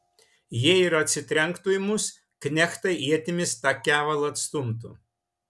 jei ir atsitrenktų į mus knechtai ietimis tą kevalą atstumtų